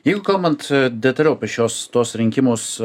jeigu kalbant detaliau apie šios tuos rinkimus